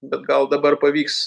bet gal dabar pavyks